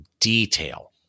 detail